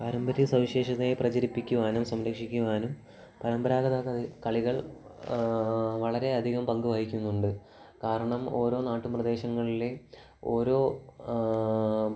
പാരമ്പര്യ സവിശേഷതയെ പ്രചരിപ്പിക്കുവാനും സംരക്ഷിക്കുവാനും പരമ്പരാഗതഗത കളികൾ വളരെയധികം പങ്കുവഹിക്കുന്നുണ്ട് കാരണം ഓരോ നാട്ടിൻപ്രദേശങ്ങളിലേയും ഓരോ